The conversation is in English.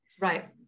Right